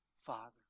father